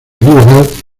liberal